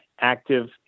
active